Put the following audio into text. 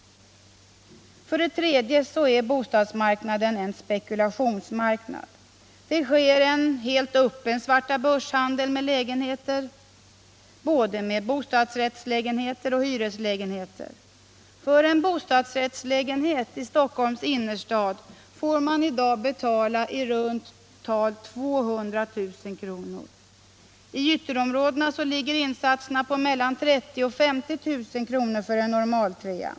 3. Bostadsmarknaden är en spekulationsmarknad. Det sker en helt öppen svartabörshandel med lägenheter, både med bostadsrättslägenheter och med hyreslägenheter. För en bostadsrättslägenhet i Stockholms innerstad får man i dag betala i runt tal 200 000 kr. I ytterområdena ligger insatserna på mellan 30 000 och 50 000 kr. för en normaltrea.